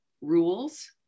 rules